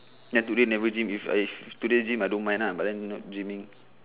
ya today never gym if I today gym I don't mind lah but then not gyming